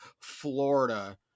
florida